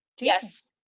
yes